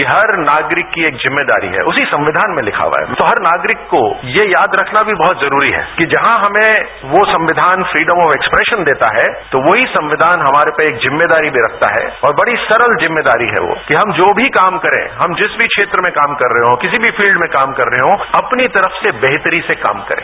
की हर नागरिक की एक जिम्मेदारी है उसी संविधान में लिखा हुआ है तो हर नागरिक को ये याद रखना भी बहत जरूरी है कि जहां हमें वो संविधान फ्रीडम व एक्सप्रेशन देता है तो वही संविधान हमारे पर एक जिम्मेदारी भी रखता है और बड़ी सरल जिम्मेदारी है वो कि हम जो भी काम करें हम जिस क्षेत्र में भी काम कर रहे हों किसी भी फील्ड में काम कर रहे हों अपनी तरफ से बेहतरी से काम करें